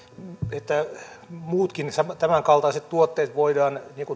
muutkin tämänkaltaiset pelituotteet voidaan